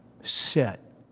set